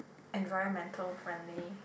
environmental friendly